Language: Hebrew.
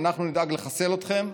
אנחנו נדאג לחסל אתכם,